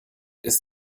ist